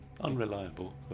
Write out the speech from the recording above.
Unreliable